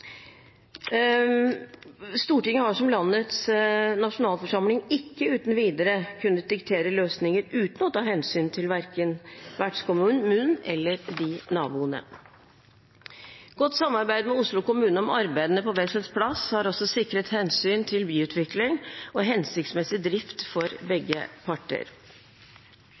Stortinget har som landets nasjonalforsamling ikke uten videre kunnet diktere løsninger uten å ta hensyn til verken vertskommunen eller naboene. Godt samarbeid med Oslo kommune om arbeidene på Wessels plass har også sikret hensyn til byutvikling og hensiktsmessig drift for begge parter.